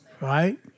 right